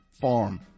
farm